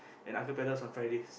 and acapellas was on Fridays